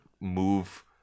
move